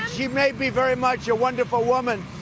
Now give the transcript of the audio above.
she may be very much a wonderful woman.